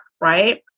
Right